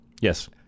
Yes